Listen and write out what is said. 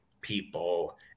people